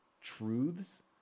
truths